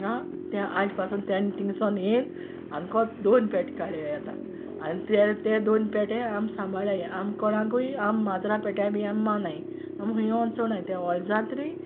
आं तें आज पासून तें तींग सोन येन आनको दोन पेट काड्लाय आतां आनी ते ते दोन पेटे आम सांबाळाय आम कोणाकूय आम माजरा पेट्यां बी आम मानाय आम हुंयी व्होन सोणाय ते व्होडल जातरी